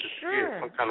Sure